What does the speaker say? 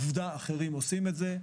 עובדה היא שאחרים עושים את זה.